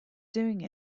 doing